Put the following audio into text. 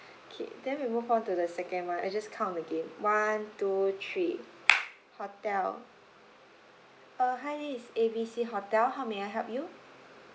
okay then we'll move on to the second one I'll just count again one two three hotel uh hi this is A B C hotel how may I help you